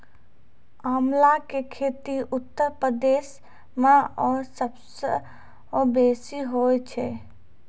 आंवला के खेती उत्तर प्रदेश मअ सबसअ बेसी हुअए छै